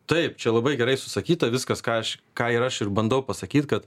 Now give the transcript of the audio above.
taip čia labai gerai susakyta viskas ką aš ką ir aš ir bandau pasakyt kad